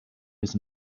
his